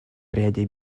ряде